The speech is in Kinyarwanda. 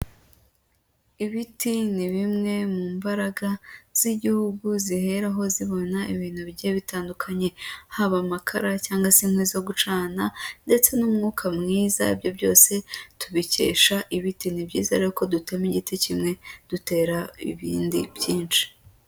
Ibiti ni bimwe mu mbaraga z'igihugu ziheraho zibona ibintu bigiye bitandukanye haba amakara cyangwa se inkwi zo gucana, ndetse n'umwuka mwiza ibyo byose tubikesha ibiti. Ni byiza rero ko dutema igiti kimwe dutera ibindi byinshi.